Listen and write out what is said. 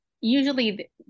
usually